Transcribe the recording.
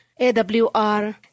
AWR